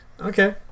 Okay